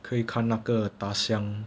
可以看那个大象